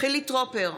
חילי טרופר,